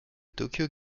tōkyō